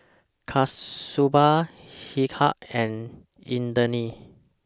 Kasturba Milkha and Indranee